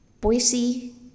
Boise